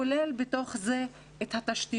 כולל בתוך זה התשתיות.